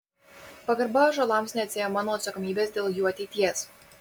pagarba ąžuolams neatsiejama nuo atsakomybės dėl jų ateities